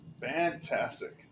Fantastic